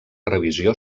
revisió